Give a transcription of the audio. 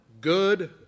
good